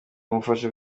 umufasha